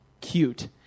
cute